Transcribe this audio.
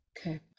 Okay